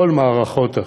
כל מערכות החינוך: